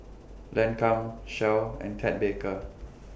Lancome Shell and Ted Baker